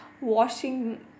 washing